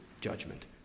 judgment